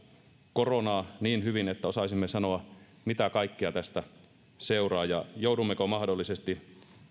koronaa niin hyvin että osaisimme sanoa mitä kaikkea tästä seuraa ja joudummeko mahdollisesti